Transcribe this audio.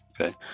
okay